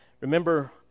Remember